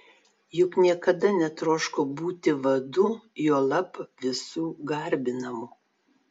juk niekada netroško būti vadu juolab visų garbinamu